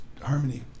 harmony